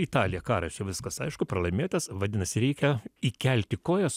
italija karas čia viskas aišku pralaimėtas vadinasi reikia įkelti kojas